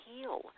heal